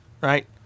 Right